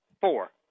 Four